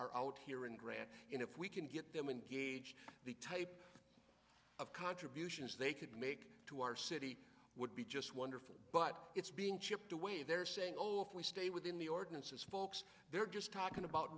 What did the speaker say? are out here in grant and if we can get them engaged the type of contributions they could make to our city would be just wonderful but it's being chipped away they're saying we stay within the ordinances folks they're just talking about